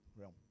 realm